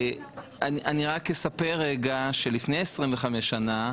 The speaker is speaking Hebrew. אני רק אספר רגע שלפני 25 שנים,